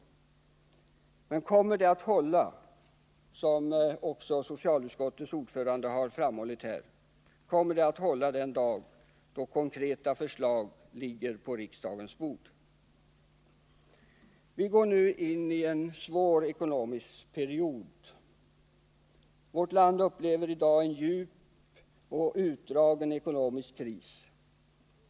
Kommer yttrandet att hålla — också socialutskottets ordförande har här tagit upp den saken — den dag då konkreta förslag ligger på riksdagens bord? Vi går nu in i en ekonomiskt svår period. Vårt land befinner sig i dag i en djup och utdragen ekonomisk kris.